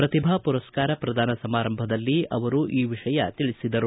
ಪ್ರತಿಭಾ ಪುರಸ್ಕಾರ ಪ್ರದಾನ ಸಮಾರಂಭದಲ್ಲಿ ಅವರು ಈ ವಿಷಯ ತಿಳಿಸಿದರು